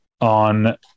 on